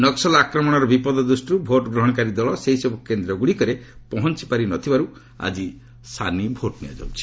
ନକ୍କଲ ଆକ୍ରମଣର ବିପଦ ଦୂଷ୍ଟିରୁ ଭୋଟ୍ଗ୍ରହଣକାରୀ ଦଳ ସେହିସବୁ କେନ୍ଦ୍ରଗୁଡ଼ିକରେ ପହଞ୍ଚପାରି ନ ଥିବାରୁ ଆଜି ଭୋଟ୍ ନିଆଯାଉଛି